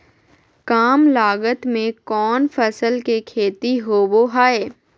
काम लागत में कौन फसल के खेती होबो हाय?